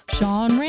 Sean